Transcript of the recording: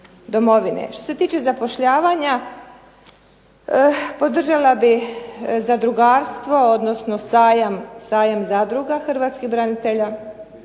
Što se tiče zapošljavanja, podržala bih zadrugarstvo, odnosno sajam zadruge Hrvatskih branitelja.